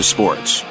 Sports